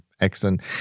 Excellent